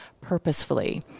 purposefully